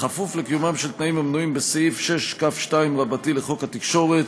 בכפוף לקיומם של תנאים המנויים בסעיף 6כ2 לחוק התקשורת,